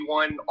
one